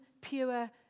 pure